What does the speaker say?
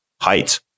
height